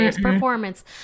performance